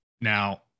now